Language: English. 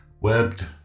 webbed